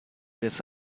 this